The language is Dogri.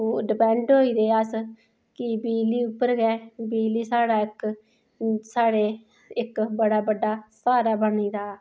डिपैंड होई गेदे अस कि बिजली उप्पर गै बिजली साढ़ै इक साढ़े इक बड़ा बड्डा स्हारा बनी दा